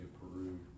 Peru